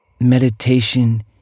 Meditation